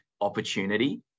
opportunity